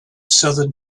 southern